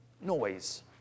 noise